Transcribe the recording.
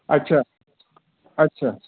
अच्छा अच्छा